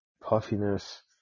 puffiness